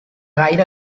gaire